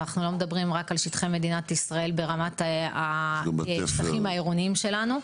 ואנחנו לא מדברים רק על שטחי מדינת ישראל ברמת השטחים העירוניים שלנו,